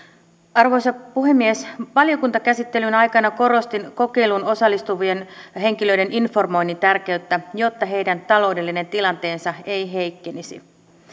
arvoisa puhemies valiokuntakäsittelyn aikana korostin kokeiluun osallistuvien henkilöiden informoinnin tärkeyttä jotta heidän taloudellinen tilanteensa ei heikkenisi